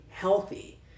healthy